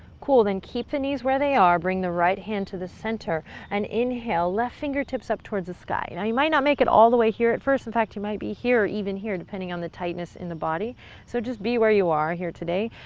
cool. then keep the knees where they are. bring the right hand to the center and inhale. left fingertips up towards the sky. and now you might not make it all the way here at first, in fact, you might be here or even here depending on the tightness in the body so just be where you are here today.